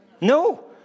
No